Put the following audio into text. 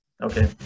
Okay